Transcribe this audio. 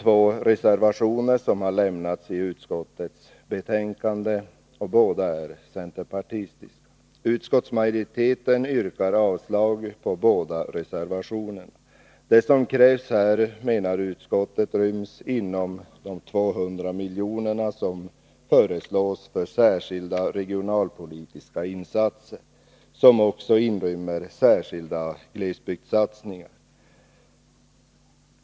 Två reservationer har lämnats i utskottets betänkande — både centerpartistiska. Utskottsmajoriteten yrkar avslag på båda reservationerna. Det som krävs här ryms enligt utskottets mening inom de 200 miljoner som föreslås för särskilda regionalpolitiska insatser, som också omfattar särskilda glesbygdssatsningar.